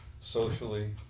socially